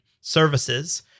services